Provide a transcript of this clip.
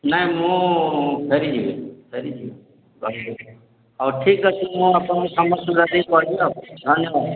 ନାଇ ମୁଁ ଫେରି ଯିବି ଫେରି ଯିବି ରହିବି କୋଉଠି ହଉ ଠିକ୍ ଅଛି ମୁଁ ଆପଣଙ୍କୁ ସମୟ ସୁବିଧା ଦେଖି କହିବି ଆଉ ଧନ୍ୟବାଦ